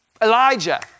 Elijah